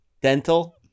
dental